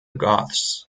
goths